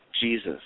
Jesus